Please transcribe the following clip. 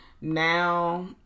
now